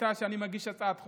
שהייתה שאני מגיש הצעת חוק.